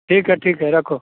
ठीक है ठीक है रखो